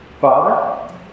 Father